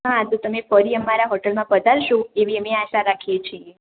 હા તો તમે ફરી અમારાં હોટેલમાં પધારશો એવી અમે આશા રાખીએ છીએ